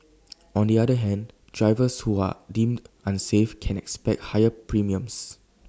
on the other hand drivers who are deemed unsafe can expect higher premiums